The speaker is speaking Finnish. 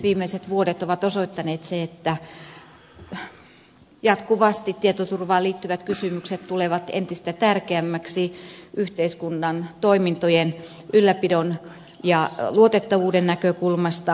viimeiset vuodet ovat osoittaneet sen että jatkuvasti tietoturvaan liittyvät kysymykset tulevat entistä tärkeämmiksi yhteiskunnan toimintojen ylläpidon ja luotettavuuden näkökulmasta